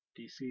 DC